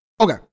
Okay